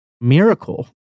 miracle